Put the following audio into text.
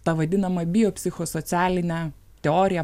ta vadinama bio psichosocialine teorija